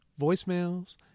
voicemails